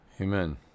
Amen